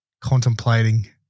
contemplating –